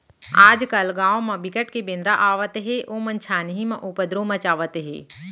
आजकाल गाँव म बिकट के बेंदरा आवत हे ओमन छानही म उपदरो मचावत हे